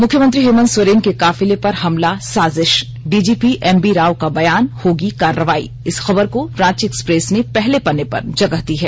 मुख्यमंत्री हेमंत सोरेन के काफिले पर हमला साजिश डीजीपी एमवी राव का बयान होगी कार्रवाई इस खबर को रांची एक्सप्रेस ने पहले पन्ने पर जगह दी है